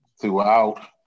throughout